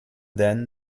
then